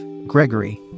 Gregory